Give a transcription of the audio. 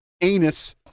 anus